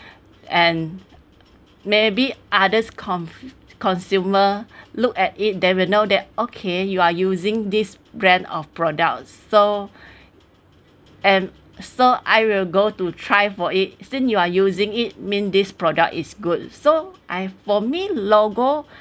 and maybe others con~ consumer look at it they will know that okay you are using this brand of products so and so I will go to try for it since you are using it mean this product is good so I for me logo